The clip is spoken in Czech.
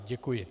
Děkuji.